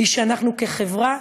היא שאנחנו כחברה